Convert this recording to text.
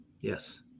Yes